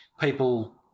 people